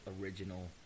original